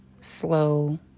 slow